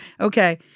Okay